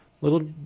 little